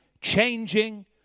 changing